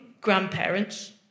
grandparents